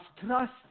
trust